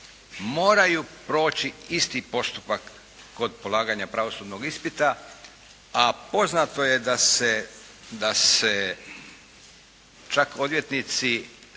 moraju proći isti postupak kod polaganja pravosudnog ispita, a poznato je da se čak odvjetnici